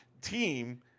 team